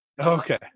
Okay